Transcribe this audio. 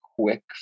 quick